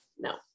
No